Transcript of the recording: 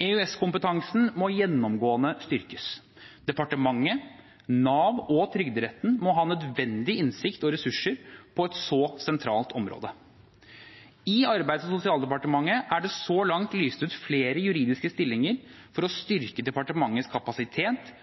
EØS-kompetansen må gjennomgående styrkes. Departementet, Nav og Trygderetten må ha nødvendig innsikt og ressurser på et så sentralt område. I Arbeids- og sosialdepartementet er det så langt lyst ut flere juridiske stillinger for å styrke departementets kapasitet